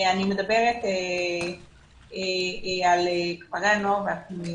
אני מדברת על כפרי הנוער והפנימיות.